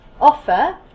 Offer